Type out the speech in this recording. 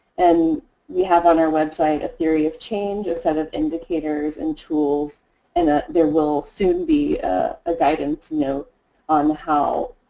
and we have on our website a theory of change, a set of indicators and tools and ah there will soon be a guidance note on how